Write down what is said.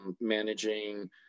managing